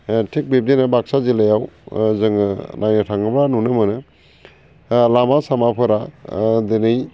थिक बिब्दिनो बाकसा जिल्लायाव जोङो नायनो थाङोबा नुनो मोनो लामा सामाफोरा दिनै